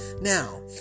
Now